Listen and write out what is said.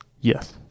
Yes